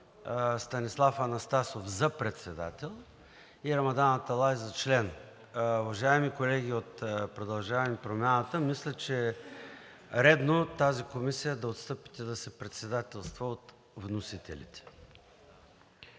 Станислав Анастасов за председател и Рамадан Аталай за член. Уважаеми колеги от „Продължаваме Промяната“, мисля, че е редно тази комисия да отстъпите да се председателства от вносителите.